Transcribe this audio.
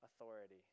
authority